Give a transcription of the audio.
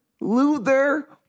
Luther